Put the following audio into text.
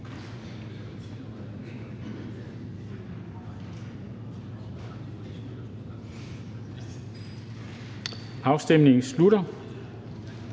Afstemningen slutter.